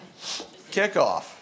Kickoff